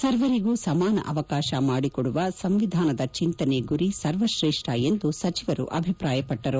ಸರ್ವರಿಗೂ ಸಮಾನ ಅವಕಾಶ ಮಾಡಿಕೊಡುವ ಸಂವಿಧಾನದ ಚಿಂತನೆ ಗುರಿ ಸರ್ವತ್ರೇಷ್ಠ ಎಂದು ಸಚಿವರು ಅಭಿಪ್ರಾಯಪಟ್ಟರು